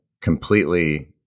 completely